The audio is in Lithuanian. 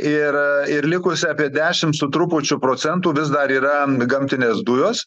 ir ir likusi apie dešim su trupučiu procentų vis dar yra gamtinės dujos